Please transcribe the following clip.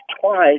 twice